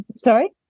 Sorry